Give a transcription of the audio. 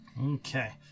Okay